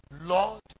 Lord